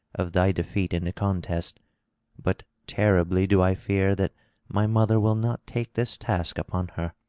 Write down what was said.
of thy defeat in the contest but terribly do i fear that my mother will not take this task upon her.